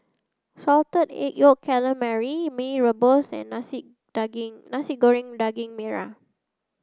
salted egg yolk calamari Mee rebus and Nasi Daging Nasi Goreng Daging Merah